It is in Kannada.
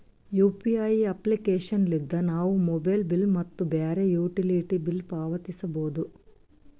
ಯು.ಪಿ.ಐ ಅಪ್ಲಿಕೇಶನ್ ಲಿದ್ದ ನಾವು ಮೊಬೈಲ್ ಬಿಲ್ ಮತ್ತು ಬ್ಯಾರೆ ಯುಟಿಲಿಟಿ ಬಿಲ್ ಪಾವತಿಸಬೋದು